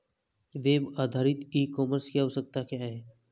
Web आधारित e commerce की आवश्यकता क्या है?